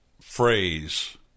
phrase